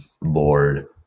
lord